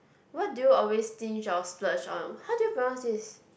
what do you always stinge or splurge on how do you pronounce this